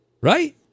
right